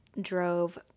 drove